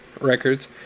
records